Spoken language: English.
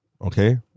Okay